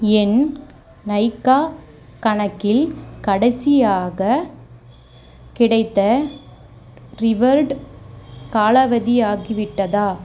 என் நைகா கணக்கில் கடைசியாக கிடைத்த ரிவர்டு காலாவதியாகிவிட்டதா